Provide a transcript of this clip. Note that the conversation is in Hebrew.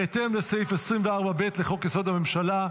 בהתאם לסעיף 24(ב) לחוק-יסוד: הממשלה.